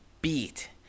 beat